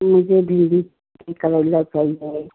मुझे भिंडी करेला चाहिए